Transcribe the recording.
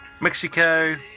Mexico